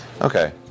Okay